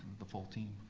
the full team.